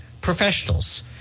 professionals